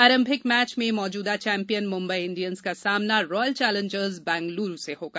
आरंभिक मैच में मौजूदा चैंपियन मुम्बई इंडियन्स का सामना रॉयल चौलेंजर्स बेंगलौर से होगा